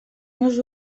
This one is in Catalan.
meus